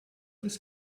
this